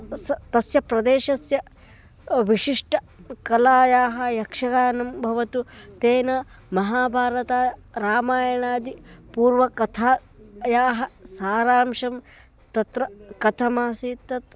स तस्य प्रदेशस्य विशिष्ट कलायाः यक्षगानं भवतु तेन महाभारतं रामायणादि पूर्वकथायाः सारांशं तत्र कथमासीत् तत्